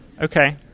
Okay